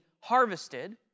harvested